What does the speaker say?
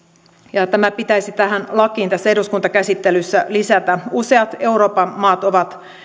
ja tämä pitäisi tähän lakiin tässä eduskuntakäsittelyssä lisätä useat euroopan maat ovat